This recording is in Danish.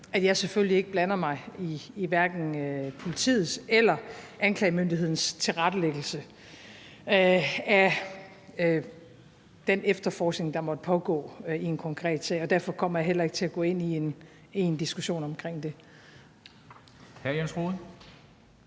at jeg selvfølgelig ikke blander mig i hverken politiets eller anklagemyndighedens tilrettelæggelse af den efterforskning, der måtte pågå i en konkret sag, og derfor kommer jeg heller ikke til at gå ind i en diskussion omkring det.